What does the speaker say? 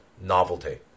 novelty